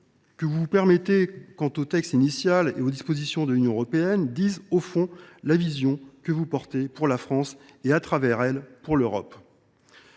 que vous vous permettez par rapport au texte initial et aux dispositions de l’Union européenne révèlent, au fond, la vision que vous défendez pour la France et, à travers elle, pour l’Europe.